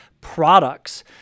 products